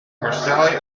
marseille